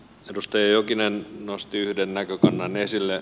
edustaja jokinen nosti yhden näkökannan esille